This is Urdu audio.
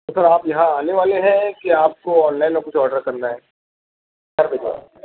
سر آپ یہاں آنے والے ہیں کہ آپ کو آن لائن میں کچھ آڈر کرنا ہے